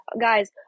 guys